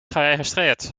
geregistreerd